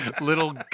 little